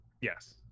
Yes